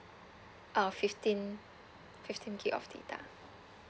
uh fifteen fifteen GIG of data